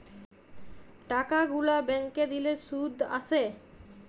টাকা গুলা ব্যাংকে দিলে শুধ আসে